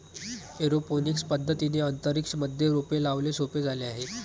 aeroponics पद्धतीने अंतरिक्ष मध्ये रोपे लावणे सोपे झाले आहे